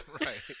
Right